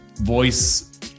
voice